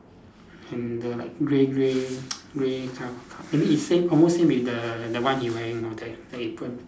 mm the like grey grey grey kind of maybe it's same almost same with the the one he wearing now the the apron